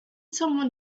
someone